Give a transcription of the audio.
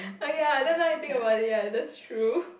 oh ya then now you think about it ya that's true